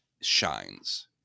shines